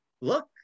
look